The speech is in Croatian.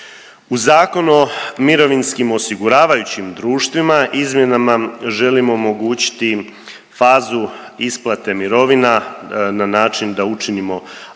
U Zakonu o mirovinskim osiguravajućim društvima izmjenama želimo omogućiti fazu isplate mirovina na način da učinimo